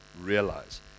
realize